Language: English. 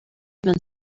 even